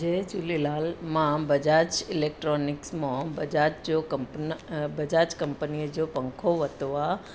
जय झूलेलाल मां बजाज इलेक्ट्रॉनिक्स मां बजाज जो कंपन बजाज कंपनीअ जो पंखो वरितो आहे